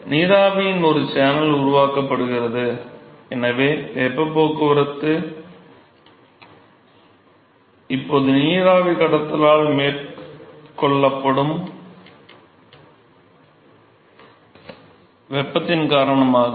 எனவே நீராவியின் ஒரு சேனல் உருவாக்கப்படுகிறது எனவே வெப்பப் போக்குவரத்து இப்போது நீராவி கட்டத்தால் மேற்கொள்ளப்படும் வெப்பத்தின் காரணமாகும்